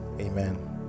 Amen